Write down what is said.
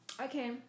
okay